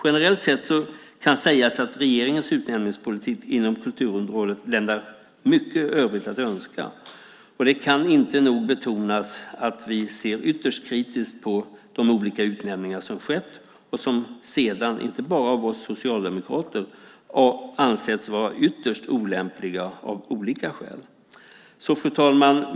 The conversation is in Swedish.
Generellt sett kan sägas att regeringens utnämningspolitik inom kulturområdet lämnar mycket övrigt att önska. Det kan inte nog betonas att vi ser ytterst kritiskt på de olika utnämningar som har skett och som sedan av olika skäl har ansetts vara ytterst olämpliga, inte bara av oss socialdemokrater. Fru talman!